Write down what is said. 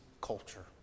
culture